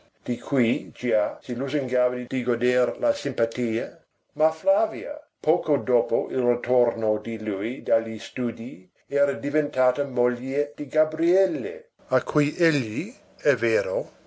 di cui già si lusingava di goder la simpatia ma flavia poco dopo il ritorno di lui dagli studii era diventata moglie di gabriele a cui egli è vero